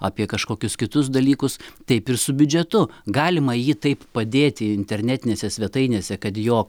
apie kažkokius kitus dalykus taip ir su biudžetu galima jį taip padėti internetinėse svetainėse kad jo